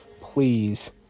please